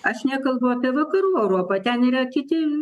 aš nekalbu apie vakarų europą ten yra kiti